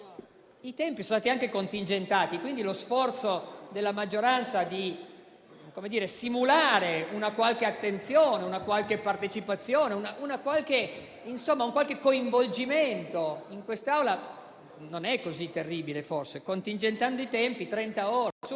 I tempi sono stati anche contingentati, quindi lo sforzo della maggioranza di simulare una qualche attenzione, una qualche partecipazione, un qualche coinvolgimento in quest'Aula non è forse così terribile: parliamo di un contingentamento di trenta ore.